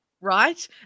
Right